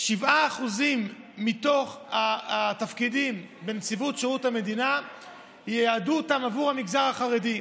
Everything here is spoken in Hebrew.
ש-7% מתוך התפקידים בנציבות שירות המדינה ייועדו עבור המגזר החרדי.